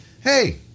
hey